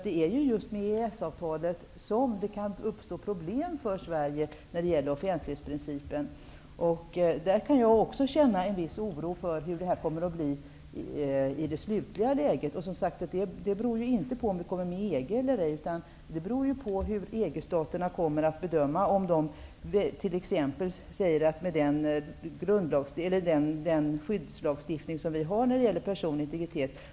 Det är ju just genom EES-avtalet som det kan uppstå problem för Sverige när det gäller offentlighetsprincipen. Också jag känner en viss oro inför hur det här kommer att arta sig i slutänden. Detta är inte beroende av om vi kommer med i EG eller ej, utan av om EG-staterna anser att man inte kan utbyta information med Sverige till följd av den skyddslagstiftning som vi har beträffande personlig integritet.